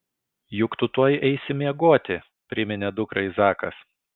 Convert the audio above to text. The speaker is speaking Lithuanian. juk tu tuoj eisi miegoti priminė dukrai zakas